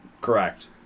Correct